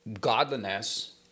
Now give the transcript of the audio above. godliness